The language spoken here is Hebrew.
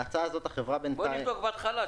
בוא נבדוק בהתחלה,